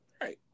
Right